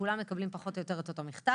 כולם מקבלים פחות או יותר את אותו מכתב.